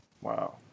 wow